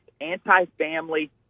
anti-family